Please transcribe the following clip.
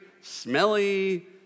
Smelly